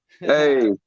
Hey